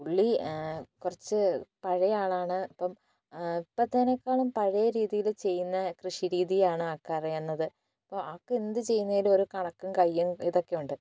പുള്ളി കുറച്ച് പഴയ ആളാണ് ഇപ്പം ഇപ്പത്തേനെക്കളും പഴയരീതിയിൽ ചെയ്യുന്ന കൃഷിരീതിയാണ് ആൾക്ക് അറിയുന്നത് അപ്പോൾ ആൾക്ക് എന്തുചെയ്യുന്നതിലും ഒരു കണക്ക് കൈയ്യും ഇതൊക്കെ ഉണ്ട്